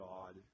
God